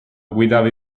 guidava